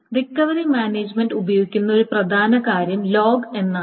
recovery management ഉപയോഗിക്കുന്ന ഒരു പ്രധാന കാര്യം ലോഗ് എന്നാണ്